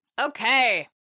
Okay